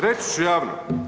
Reći ću javno.